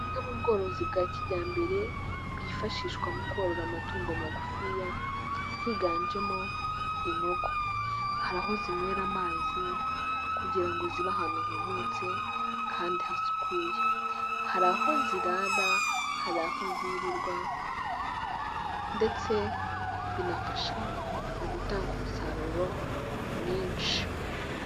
Bumwe mu bworozi bwa kijyambere bwifashishwa mu korora amatungo magufiya, higanjemo inkoko, hari aho zinywera amazi kugira ngo zibe ahantu humutse kandi hasukuye, hari aho zirara, hari aho zirirwa ndetse binafasha mu gutanga umusaruro mwinshi.